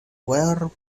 where